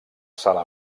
sala